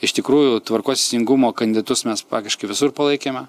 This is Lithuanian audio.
iš tikrųjų tvarkos teisingumo kandidatus mes praktiškai visur palaikėme